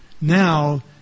now